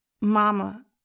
Mama